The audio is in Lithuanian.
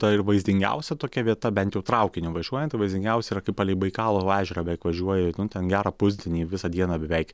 ta ir vaizdingiausia tokia vieta bent jau traukiniu važiuojant tai vaizdingiausia yra palei baikalo ežerą beveik važiuoji nu ten gerą pusdienį visą dieną beveik